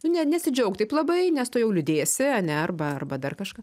nu ne nesidžiauk taip labai nes tuojau liūdėsi ane arba arba dar kažką